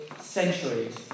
centuries